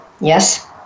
yes